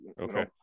Okay